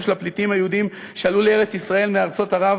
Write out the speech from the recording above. של הפליטים היהודים שעלו לארץ-ישראל מארצות ערב